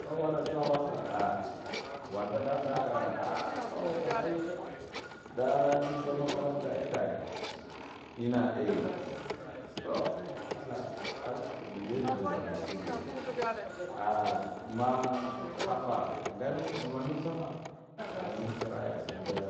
Tsaghara tsaghaha a warda dah dahan ah to agha kan ai da didh makaranta ai tare ha ina ehh to allah allah yazgila kan sai godiya ahh man hafa nga nus ma nusaha au nu bar ai a dabda